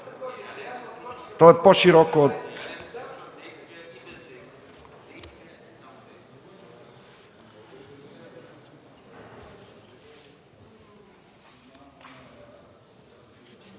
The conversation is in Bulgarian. То е по-широко.